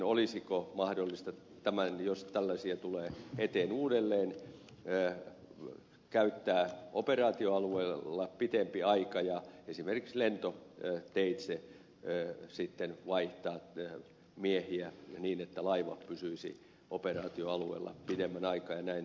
olisiko mahdollista jos tällaisia tulee eteen uudelleen käyttää operaatioalueella pitempi aika ja esimerkiksi lentoteitse sitten vaihtaa miehiä niin että laiva pysyisi operaatioalueella pitemmän aikaa ja näin kustannustehokkuus paranisi